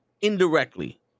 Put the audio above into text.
indirectly